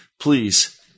Please